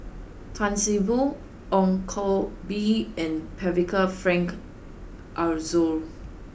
Tan See Boo Ong Koh Bee and Percival Frank Aroozoo